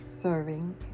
serving